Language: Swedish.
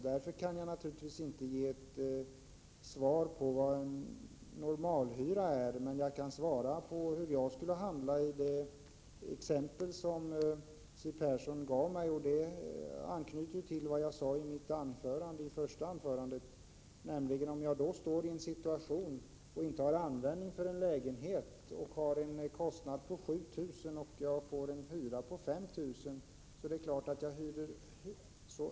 Därför kan jag naturligtvis inte ge ett svar på vad en normalhyra är, men jag kan svara på hur jag skulle handla i det exempel som Siw Persson gav mig. Det anknyter till vad jag sade i mitt första anförande. Om jag står i en situation där jag inte har användning för en lägenhet, har en kostnad på 7 000 kr. och kan få en hyra på 5 000 kr.